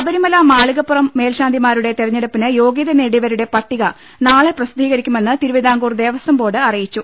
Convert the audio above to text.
ശബരിമല മാളികപ്പുറം മേൽശാന്തിമാരുടെ തെരഞ്ഞെടുപ്പിന് യോഗ്യത നേടിയവരുടെ പട്ടിക നാളെ പ്രസിദ്ധീകരിക്കുമെന്ന് തിരുവിതാംകൂർ ദേവസ്വം ബോർഡ് അറിയിച്ചു